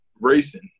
racing